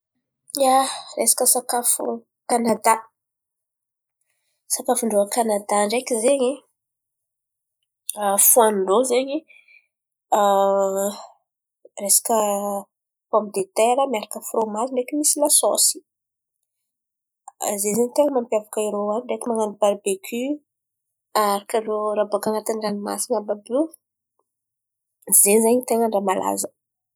Ia, resaka sakafo Kanadà, sakafon-drô Kanadà ndreky zen̈y fohanin-drô zen̈y resaka pomidetera miaraka fromazy ndreky misy lasôsy zen̈y. Zen̈y ten̈a mampiavaka irô an̈y, ndreky man̈ano baribeky harakan-drô raha baka an̈atiny ranomasin̈y àby àby io zen̈y zen̈y ten̈a ny raha malaza.